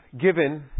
given